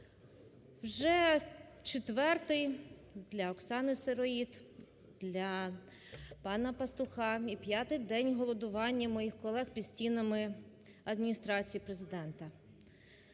Вже четвертий для Оксани Сироїд, для пана Пастуха і п'ятий день голодування моїх колег під стінами Адміністрації Президента.